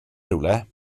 rhywle